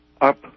up